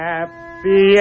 Happy